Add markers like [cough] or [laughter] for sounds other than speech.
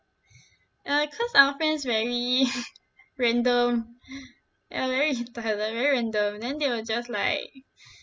uh cause our friends very [laughs] random ya very retarded very random then they will just like